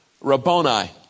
Rabboni